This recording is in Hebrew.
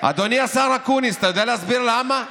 אדוני השר אקוניס, אתה יודע להסביר למה?